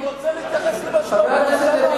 אני רוצה להתייחס למה שאתה אומר.